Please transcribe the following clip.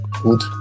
good